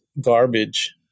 garbage